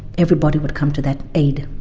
everybody would come to that aid.